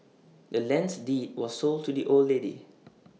the land's deed was sold to the old lady